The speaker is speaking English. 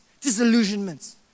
disillusionments